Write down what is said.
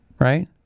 right